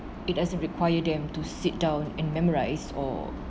it doesn't require them to sit down and memorise or